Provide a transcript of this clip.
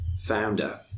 founder